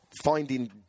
Finding